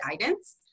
guidance